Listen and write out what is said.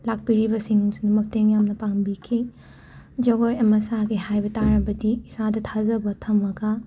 ꯂꯥꯛꯄꯤꯔꯤꯕꯁꯤꯡꯁꯨ ꯃꯇꯦꯡ ꯌꯥꯝꯅ ꯄꯥꯡꯕꯤꯈꯤ ꯖꯒꯣꯏ ꯑꯃ ꯁꯥꯒꯦ ꯍꯥꯏꯕ ꯇꯥꯔꯕꯗꯤ ꯏꯁꯥꯗ ꯊꯥꯖꯕ ꯊꯝꯃꯒ